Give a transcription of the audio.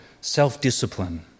self-discipline